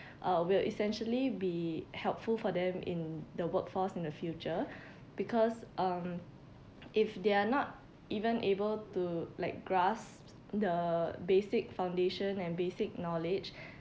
uh will essentially be helpful for them in the workforce in the future because um if they're not even able to like grasp the basic foundation and basic knowledge